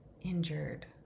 injured